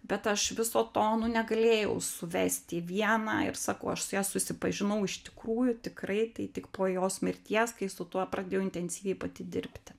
bet aš viso to nu negalėjau suvesti į vieną ir sakau aš su ja susipažinau iš tikrųjų tikrai tai tik po jos mirties kai su tuo pradėjau intensyviai pati dirbti